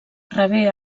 rebé